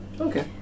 okay